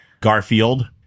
Garfield